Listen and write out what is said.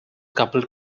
coupled